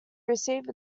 receive